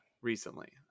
recently